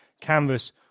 canvas